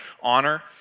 honor